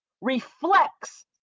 reflects